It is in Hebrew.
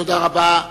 תודה רבה.